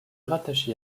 rattaché